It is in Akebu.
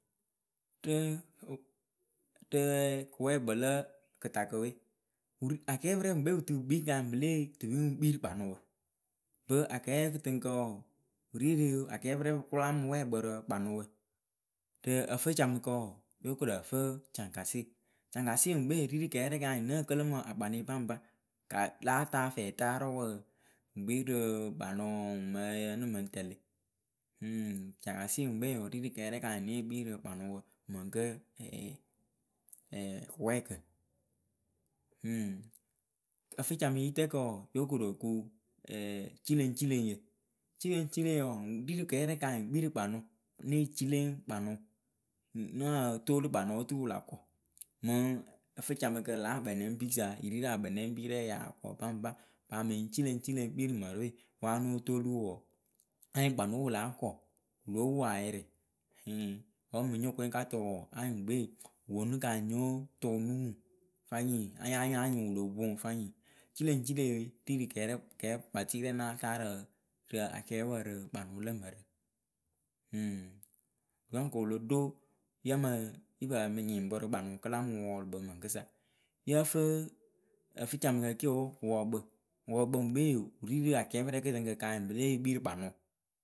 rɨ rɨ wɛɛkpǝ lǝ kɨtakǝ we, akɛɛpɨrɛɛ pɨŋkpɛ pɨtɨ pɨ kpii kanyɩ pɨ lée tɨ pɨŋ kpii rɨ kpanʊ bɨ akɛɛ kɨtɨŋkǝ wɔɔ pɨ ri rɨ akɛɛpɨrɛ pɨ kʊla mɨ wɛɛkpǝ rɨ kpanʊwǝ Rɨ ǝfǝcamɨkǝ wɔɔ yo korǝfǝ caŋkasɩ. Caŋkasɩ ŋwɨŋkpe ri rɨ kɛɛrɛŋ kanyɩŋ nǝ́ǝ kǝlɨ makpanɩ baŋba ka láa taa fɛtaarɨwǝ ŋkpiirɨ kpanʊ mǝyǝ ǝnɨ mɨŋ tɛlɩ caŋkasɩ ŋwɨkpe ri rɨ kɛɛrɛ kanyɩ née kpii rɨ kpanʊwǝ mɨŋkǝ ɛɛ kɨwɛɛkǝ, ǝfɨcamɨyitǝkǝ wɔɔ, yo korokuŋ cileŋcileŋyǝ. cileŋcileŋyǝ wɔɔ ŋwɨ kpirɨ kɛɛrɛ kanyɩ kpii rɨ kpanʊ née cileŋ kpanʊ Nǝ́ǝ toolu kpanʊ oturu wɨla kɔ Mɨŋ ǝfǝcamɨkǝ lǎ akpɛnɛŋbisa yɨrirɨ rakpɛnɛŋbirɛ yaa kɔ baŋba paa mɨŋ cileŋcileŋ kpii rɨwe wanotolu wɔɔ anyɩŋ kpanʊ wɨ láa kɔ wɨ lóo poayɩrɩ. ɨŋ wǝ mɨŋ nyóo ko nɨkatʊʊ wɔɔ anyɩŋ wɨŋgbe wɨ poonu kɨ nɨ tʊwʊ nu ŋuŋ. fanyɩŋ anyɩŋ anyɩŋ wɨ lo poŋ finyɩŋ cileŋcileŋ we ri rɨ kɛɛrɛ kɛɛkpatɩrɛ náa taa rɨ akɛɛpǝ rɨ kpanʊ lǝ mǝrǝ, ɨŋ dɔŋkǝ wɨlo ɖo yamɨ yɩ paa mɨ nyɩŋpǝrɨ kpanʊ kɨ la mɨ wʊlʊ pɨ mɨŋkɨsa. yǝǝ fɨ ǝfǝcamɨkǝ ke oo wɨpɔɔkpǝ. wɨpɔɔkpǝ gbe wɨrirɨ akɛɛpɨrɛ kɨtɩŋkǝ kanyɩŋ pɨ leh kpii rɨ kpanʊ hɨŋ ɖepe mala ko kpanʊ rɛɛwɔ anyɩŋ wɨpɔɔkpǝ baŋba ŋgbe wɨ kpii rɨ kpanʊ wɨ lah tɛlɩ paaka nyɩŋ kɨpɔɔkǝ rɨ kpanʊ katɛŋ fɨŋ wǝ kɨ lo ru ǝnɨ ŋ kɨ kɨpɔɔkǝ kɨ lɨŋ kpii rɨ kpanʊ wǝ gǝ kɨ lo rurɨ fǝŋ. wɨ loo poŋ afɨcamɨ kɨtatǝkɨkǝ wɔɔ ɛɛ akɔtɔɔyǝ. Akɔtɔɛ yi kpii yi ri rɨ akɛɛrɛ kanyɩŋ pɨ leh kpiirɨ rɨ kpanʊ.